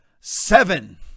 seven